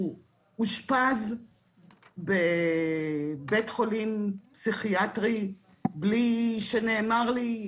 הוא אושפז בבית חולים פסיכיאטרי בלי שנאמר לי,